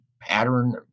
pattern